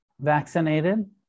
vaccinated